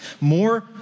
More